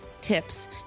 tips